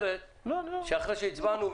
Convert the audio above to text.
אני מתכבד לפתוח את ישיבת הכלכלה של ועדת